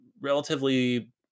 relatively